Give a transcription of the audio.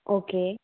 okay